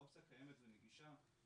האופציה קיימת ונגישה,